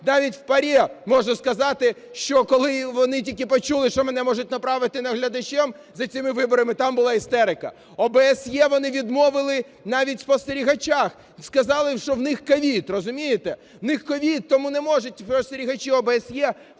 навіть в ПАРЄ, можу сказати, що коли вони тільки почули, що мене можуть направити наглядачем за цими виборами, там була істерика. ОБСЄ вони відмовили навіть у спостерігачах, сказали, що в них COVID, розумієте. У них COVID, тому не можуть спостерігачі ОБСЄ